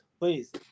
Please